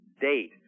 date